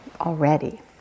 already